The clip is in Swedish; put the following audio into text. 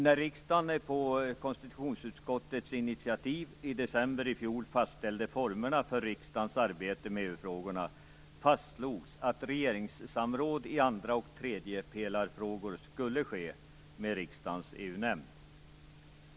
När riksdagen på konstitutionsutskottets initiativ i december i fjol fastställde formerna för riksdagens arbete med EU-frågorna fastslogs att regeringssamråd i andra och tredjepelarfrågor skulle ske med riksdagens EU-nämnd.